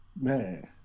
Man